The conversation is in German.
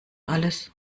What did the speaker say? alles